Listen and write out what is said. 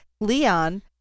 leon